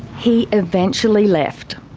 he eventually left.